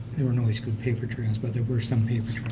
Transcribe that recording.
they weren't always good paper trails, but there were some